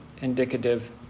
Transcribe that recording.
indicative